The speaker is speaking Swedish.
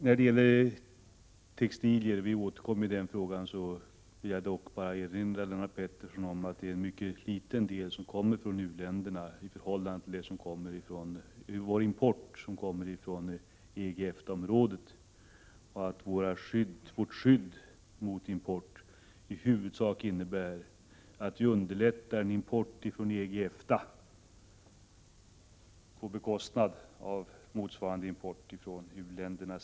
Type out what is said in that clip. När det gäller textilier — vi återkommer ju till den frågan — vill jag bara erinra Lennart Pettersson om att importen från u-länderna är mycket liten jämfört med vår import från EG och EFTA-områdena. Vårt skydd i fråga om importen innebär i huvudsak att vi underlättar importen från EG och EFTA-områdena på bekostnad av motsvarande import från u-länderna.